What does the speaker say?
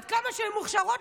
עד כמה שהן מוכשרות,